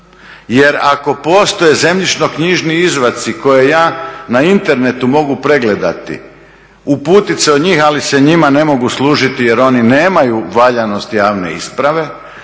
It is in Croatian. Jer ako postoje zemljišno-knjižni izvadci koje ja na internetu mogu pregledati, uputiti se u njih ali se njima ne mogu služiti jer oni nemaju valjanost javne isprave,